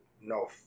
no